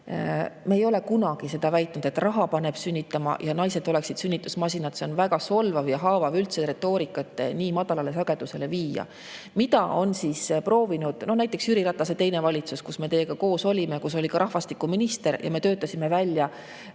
Me ei ole kunagi seda väitnud, et raha paneb sünnitama ja naised on sünnitusmasinad. On väga solvav ja haavav seda retoorikat üldse nii madalale sagedusele viia. Mida on proovinud näiteks Jüri Ratase teine valitsus, kus me teiega koos olime, kus oli ka rahvastikuminister – enne seda,